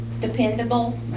dependable